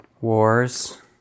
wars